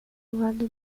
lado